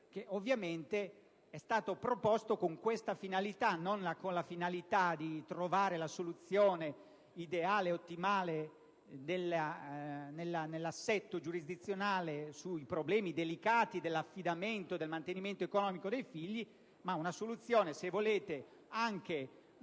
che ovviamente è stato proposto con questa finalità. Non con la finalità di trovare la soluzione ideale e ottimale nell'assetto giurisdizionale sui delicati problemi dell'affidamento e del mantenimento economico dei figli, ma una soluzione, se volete, anche